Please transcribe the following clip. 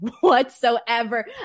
whatsoever